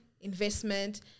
investment